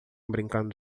brincando